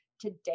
Today